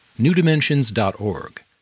newdimensions.org